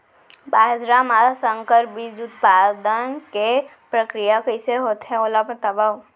बाजरा मा संकर बीज उत्पादन के प्रक्रिया कइसे होथे ओला बताव?